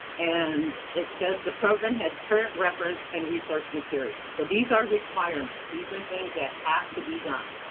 and it says the program has current reference and resource materials. so these are requirements. these are things that have to be done.